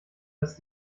als